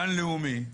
גן לאומי.